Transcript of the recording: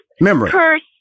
memory